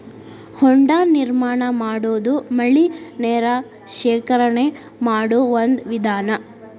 ಹೊಂಡಾ ನಿರ್ಮಾಣಾ ಮಾಡುದು ಮಳಿ ನೇರ ಶೇಖರಣೆ ಮಾಡು ಒಂದ ವಿಧಾನಾ